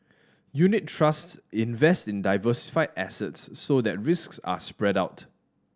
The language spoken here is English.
unit trusts invest in diversified assets so that risks are spread out